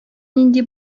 нинди